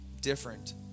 different